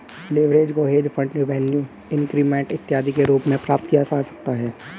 leverage को hedge fund revenue increment इत्यादि के रूप में प्राप्त किया जा सकता है